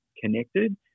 connected